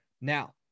Now